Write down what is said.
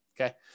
Okay